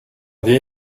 vieil